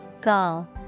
Gall